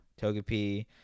Togepi